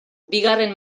bigarren